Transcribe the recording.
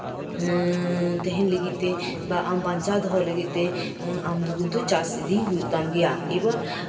ᱦᱮᱸ ᱛᱟᱸᱦᱮᱱ ᱞᱟᱹᱜᱤᱫᱛᱮ ᱵᱟ ᱟᱢ ᱵᱟᱧᱪᱟᱣ ᱫᱚᱦᱚ ᱞᱟᱹᱜᱤᱫᱛᱮ ᱟᱢ ᱫᱚ ᱠᱤᱱᱛᱩ ᱪᱟᱥ ᱤᱫᱤ ᱦᱩᱭᱩᱜ ᱛᱟᱢ ᱜᱮᱭᱟ